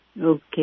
Okay